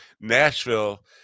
nashville